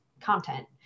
content